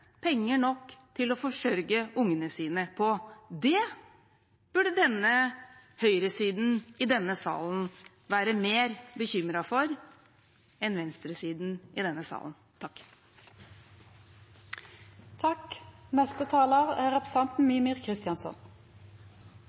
penger nok til utgiftene sine, penger nok til å forsørge ungene sine. Det burde høyresiden i salen være mer bekymret for. De forslagene som Rødt har lagt fram i